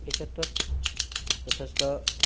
এই ক্ষেত্ৰত যথেষ্ট